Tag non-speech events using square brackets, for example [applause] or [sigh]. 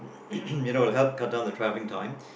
[coughs] you know it'd help cut down the travelling time